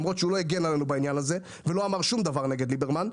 למרות שהוא לא הגן עלינו בעניין הזה ולא אמר שום דבר נגד ליברמן.